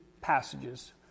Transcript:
passages